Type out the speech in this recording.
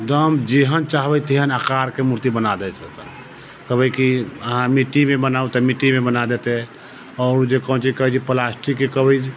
एकदम जेहन चाहबे तेहन आकार के मूर्ति बना दै छै तऽ कहबै की अहाँ मिट्टी मे बनाऊ तऽ मिट्टी मे बना देतै आओर जे कोन चीज कहै छै प्लास्टिकके कहबै